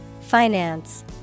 Finance